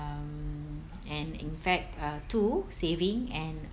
um and in fact uh two saving and